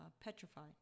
petrified